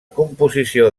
composició